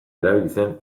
erabiltzen